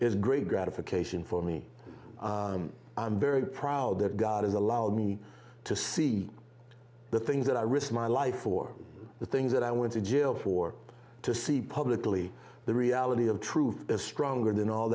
is great gratification for me i'm very proud that god has allowed me to see the things that i risked my life for the things that i went to jail for to see publicly the reality of truth is stronger than all